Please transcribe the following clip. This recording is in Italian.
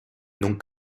non